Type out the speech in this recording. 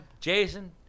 Jason